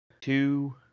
two